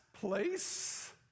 place